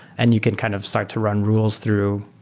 and you can kind of start to run rules through